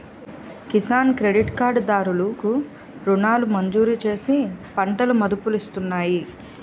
Kisan credit card దారులు కు రుణాలను మంజూరుచేసి పంటలకు మదుపులిస్తున్నాయి